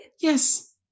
Yes